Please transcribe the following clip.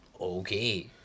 okay